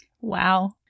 Wow